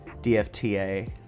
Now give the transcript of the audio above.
DFTA